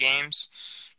games